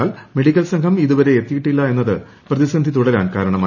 എന്നാൽ മെഡിക്കൽ സംഘം ഇതുവരെ എത്തിയിട്ടില്ല എന്നത് പ്രതിസ്സ്യി തുടരാൻ കാരണമായി